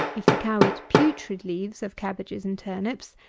if the cow eat putrid leaves of cabbages and turnips,